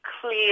clear